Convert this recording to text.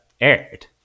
aired